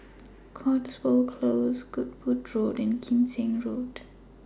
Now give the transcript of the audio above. Cotswold Close Goodwood Road and Kim Seng Road